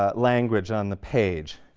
ah language on the page,